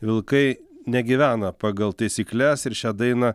vilkai negyvena pagal taisykles ir šią dainą